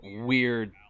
weird